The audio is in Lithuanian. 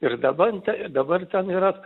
ir dabar dabar ten yra